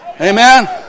Amen